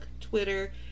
Twitter